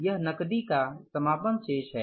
यह नकदी का समापन शेष है